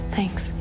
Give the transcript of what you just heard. Thanks